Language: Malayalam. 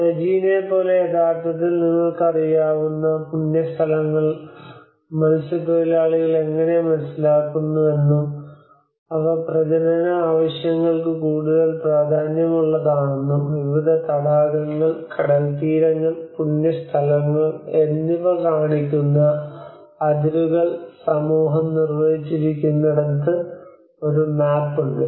റെജീനയെപ്പോലെ യഥാർത്ഥത്തിൽ നിങ്ങൾക്കറിയാവുന്ന പുണ്യ സ്ഥലങ്ങൾ മത്സ്യത്തൊഴിലാളികൾ എങ്ങനെ മനസിലാക്കുന്നുവെന്നും അവ പ്രജനന ആവശ്യങ്ങൾക്ക് കൂടുതൽ പ്രാധാന്യമുള്ളതാണെന്നും വിവിധ തടാകങ്ങൾ കടൽത്തീരങ്ങൾ പുണ്യ സ്ഥലങ്ങൾ എന്നിവ കാണിക്കുന്ന അതിരുകൾ സമൂഹം നിർവചിച്ചിരിക്കുന്നിടത്ത് ഒരു മാപ്പ് ഉണ്ട്